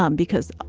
um because,